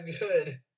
good